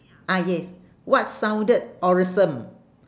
ah yes what sounded awesome